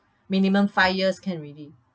minimum five years can already